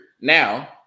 Now